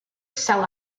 cell